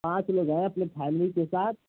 पाँच लोग हैं अपनी फैमिली के साथ